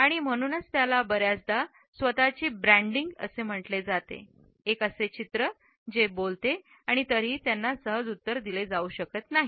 आणि म्हणूनचत्याला बर्याचदा स्वत ची ब्रँडिंग असे म्हटले जाते एक चित्र जो बोलतो आणि तरीही त्यांना सहज उत्तर दिले जाऊ शकत नाही